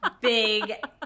big